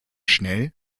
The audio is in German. schnell